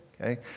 okay